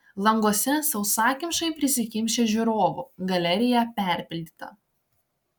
languose sausakimšai prisikimšę žiūrovų galerija perpildyta